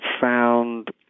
found